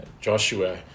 Joshua